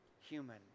human